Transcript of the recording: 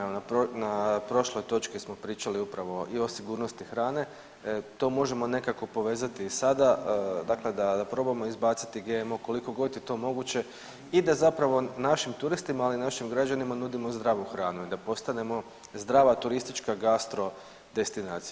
Evo na prošloj točki smo pričali upravo i o sigurnosti hrane, to možemo nekako povezati i sada, dakle da probamo izbaciti GMO koliko god je to moguće i da zapravo našim turistima, ali i našim građanima nudimo zdravu hranu i da postanemo zdrava turistička gastro destinacija.